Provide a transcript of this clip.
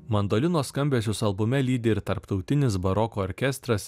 mandolinos skambesius albume lydi ir tarptautinis baroko orkestras